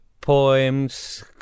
poems